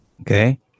okay